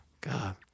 god